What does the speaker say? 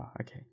Okay